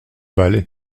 balai